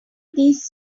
these